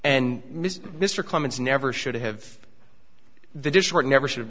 and mr clemens never should have the dishwasher never should have